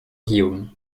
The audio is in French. guillaume